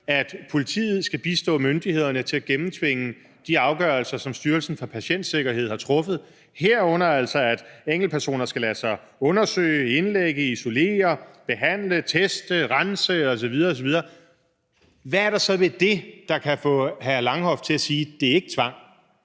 at politiet skal bistå myndighederne med at gennemtvinge de afgørelser, som Styrelsen for Patientsikkerhed har truffet, herunder altså at enkeltpersoner skal lade sig undersøge, indlægge, isolere, behandle, teste, rense osv. osv., hvad er der så i det, der kan få hr. Rasmus Horn Langhoff til at sige: Det er ikke tvang?